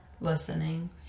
listening